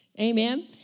Amen